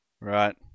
Right